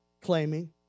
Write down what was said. claiming